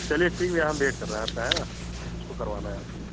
चलिए ठीक है भैया हम वेट कर रहे हैं आपका है ना उसको करवाना है आपको